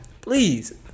please